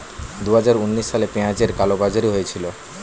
দুহাজার উনিশ সালে পেঁয়াজের কালোবাজারি হয়েছিল